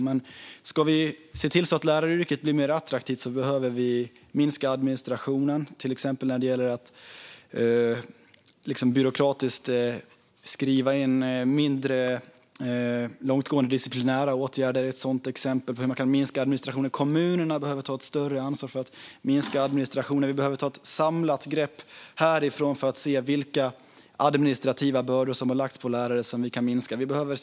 Men om vi ska göra läraryrket mer attraktivt måste vi minska administrationen vad gäller att byråkratiskt skriva in mindre långtgående disciplinära åtgärder. Det är ett exempel på hur administrationen kan minska. Kommunerna behöver ta ett större ansvar för att minska administrationen. Vi behöver ta ett samlat grepp för att se vilka administrativa bördor som har lagts på lärare som kan minska i omfattning.